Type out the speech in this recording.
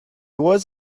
was